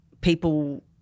people